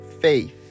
faith